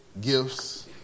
gifts